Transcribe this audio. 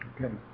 Okay